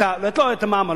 לא את המע"מ,